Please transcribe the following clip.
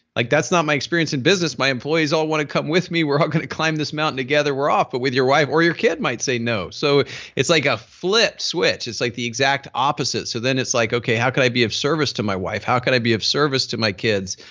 like that's not my experience in business, my employees all want to come with me, we're all going to climb this mountain together, we're off. but with your wife or your kid might say no so it's like a flip switch, it's like the exact opposite so then it's like okay, how can i be of service to my wife, how can i be of service to my kids.